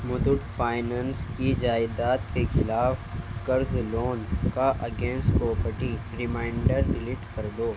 Muthoot finance کی جائیداد کے خلاف قرض لون کا اگینسٹ پراپٹی ریمائینڈر ڈیلیٹ کر دو